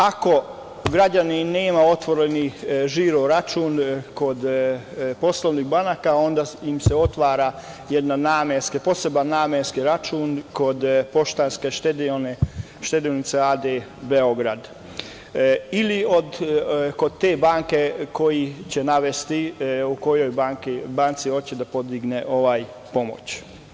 Ako građanin nema otvoren žiro-račun kod poslovnih banaka, onda im se otvara poseban namenski račun kod „Poštanske štedionice“ a.d. Beograd, ili kod te banke koju će navesti, odnosno u kojoj banci hoće da podignu pomoć.